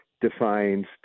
defines